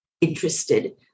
interested